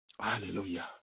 Hallelujah